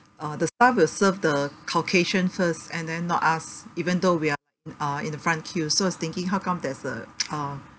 uh the staff will serve the caucasian first and then not us even though we are uh in the front queue so I was thinking how come there's a uh